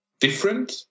different